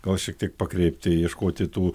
gal šiek tiek pakreipti ieškoti tų